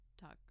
talk